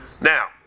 Now